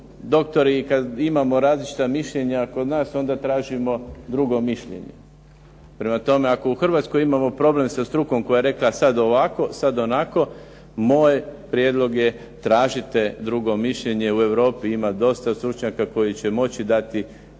doktori i kada imamo različita mišljenja kod nas, onda tražimo drugo mišljenje. Prema tome, ako u Hrvatskoj imamo problem sa strukom koja je rekla sada ovako, sad onako, moj prijedlog je tražite drugo mišljenje u Europi, ima dosta stručnjaka koji će moći dati